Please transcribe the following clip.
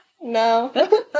No